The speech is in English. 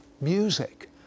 music